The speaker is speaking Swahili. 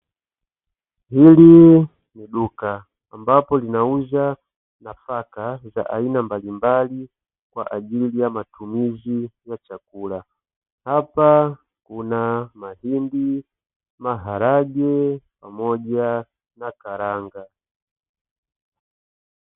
Hili ni duka ambapo linauza nafaka za aina mbalimbali kwa ajili ya matumizi ya chakula, hapa kuna mahindi, maharage pamoja na karanga.